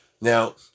Now